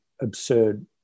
absurd